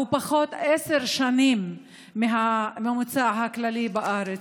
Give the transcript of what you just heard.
פחות עשר שנים מהממוצע הכללי בארץ.